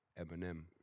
Eminem